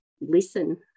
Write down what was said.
listen